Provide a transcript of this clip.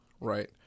Right